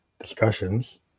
discussions